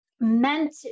meant